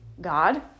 God